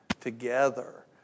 together